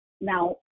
now